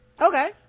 okay